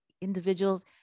individuals